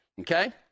Okay